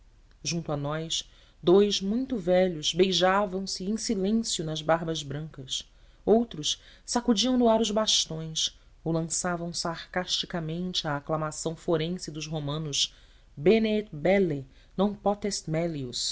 junto a nós dous muito velhos beijavam se em silêncio nas barbas brancas outros sacudiam no ar os bastões ou lançavam sarcasticamente a aclamação forense dos romanos bene